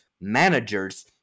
managers